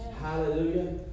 Hallelujah